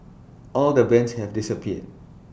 all the bands had disappeared